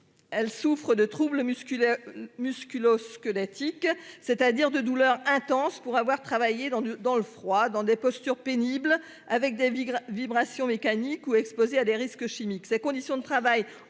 Elle souffre de troubles musculaires ou musculo-squelettiques, c'est-à-dire de douleurs intenses pour avoir travaillé dans le dans le froid dans des postures pénibles avec David vibrations mécaniques ou exposés à des risques chimiques